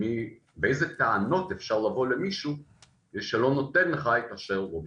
באילו טענות אפשר לבוא למישהו שלא נותן לך את אשר לא ביקשת.